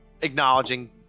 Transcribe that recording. acknowledging